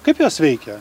kaip jos veikia